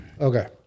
Okay